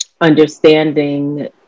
understanding